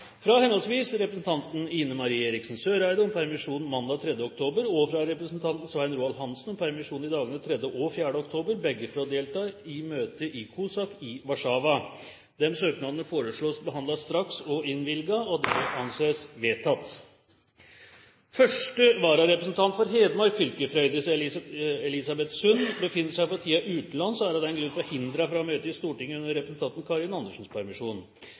fra henholdsvis representanten Ine M. Eriksen Søreide om permisjon 3. oktober og fra representanten Svein Roald Hansen om permisjon 3. og 4. oktober – begge for å delta i møte i COSAC i Warszawa Disse søknadene foreslås behandlet straks og innvilget. – Det anses vedtatt. Første vararepresentant for Hedmark fylke, Frøydis Elisabeth Sund, befinner seg for tiden utenlands og er av den grunn forhindret fra å